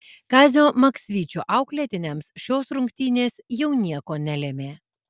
kazio maksvyčio auklėtiniams šios rungtynės jau nieko nelėmė